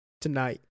Tonight